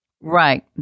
Right